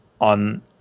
on